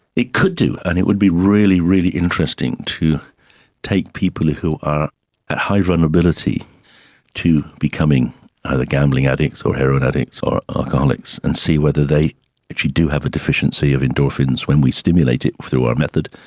it could do, and it would be really, really interesting to take people who are at high vulnerability to becoming either gambling addicts or heroin addicts or alcoholics and see whether they actually do have a deficiency of endorphins when we stimulate it through our method,